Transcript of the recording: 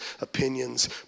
opinions